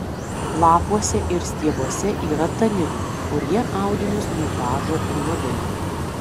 lapuose ir stiebuose yra taninų kurie audinius nudažo juodai